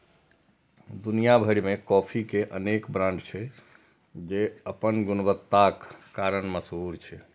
दुनिया भरि मे कॉफी के अनेक ब्रांड छै, जे अपन गुणवत्ताक कारण मशहूर छै